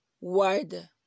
word